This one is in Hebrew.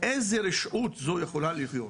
איזו רשעות זו יכולה להיות?